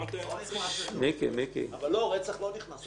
תכלית חוק העונשין הוא למנוע מאדם להימצא